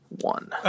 one